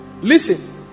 listen